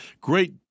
Great